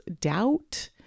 doubt